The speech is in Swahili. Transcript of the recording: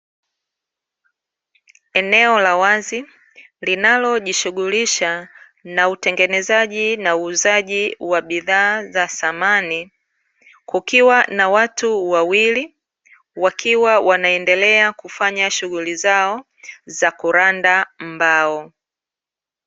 Eneo la wazi linalojishughulisha na utengenezaji na uuzaji wa bidhaa za samani, kukiwa na watu wawili wakiwa wanandelea kufanya shughuli zao za kuranda mbao.